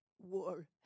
war